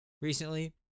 recently